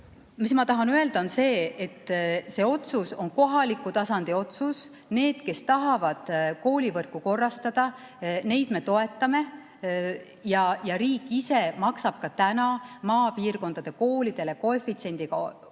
Ma tahan öelda seda, et see otsus on kohaliku tasandi otsus. Neid, kes tahavad koolivõrku korrastada, me toetame. Riik ise maksab ka täna maapiirkondade koolidele koefitsiendiga rohkem